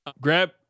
Grab